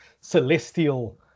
celestial